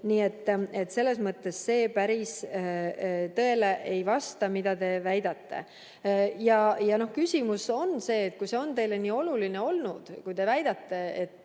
Nii et selles mõttes see päris tõele ei vasta, mida te väidate. Küsimus on selles: kui see on teile nii oluline olnud ja kui te väidate, et